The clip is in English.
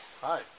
Hi